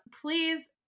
Please